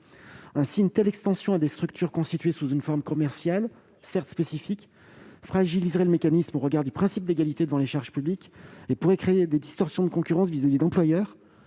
Une telle extension à des structures constituées sous une forme commerciale, certes particulière, fragiliserait le mécanisme au regard du principe d'égalité devant les charges publiques et pourrait créer des distorsions de concurrence vis-à-vis d'employeurs